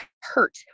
hurt